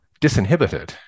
disinhibited